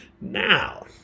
Now